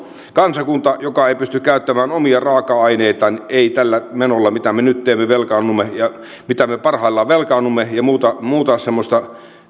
kansakunta ei pysty käyttämään omia raaka aineitaan ei tällä menolla mitä me nyt teemme miten me parhaillaan velkaannumme ja muuta muuta semmoista